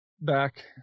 back